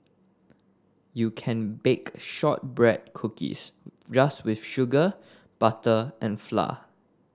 you can bake shortbread cookies just with sugar butter and flour